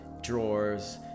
drawers